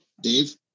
Dave